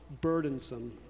burdensome